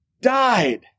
died